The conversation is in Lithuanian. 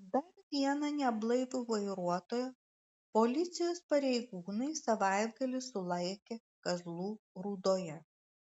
dar vieną neblaivų vairuotoją policijos pareigūnai savaitgalį sulaikė kazlų rūdoje